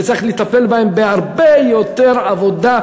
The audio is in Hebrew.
וצריך לטפל בהם בהרבה יותר עבודה,